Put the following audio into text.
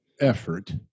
effort